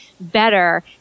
Better